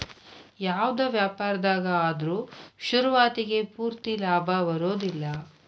ಯಾವ್ದ ವ್ಯಾಪಾರ್ದಾಗ ಆದ್ರು ಶುರುವಾತಿಗೆ ಪೂರ್ತಿ ಲಾಭಾ ಬರೊದಿಲ್ಲಾ